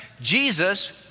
Jesus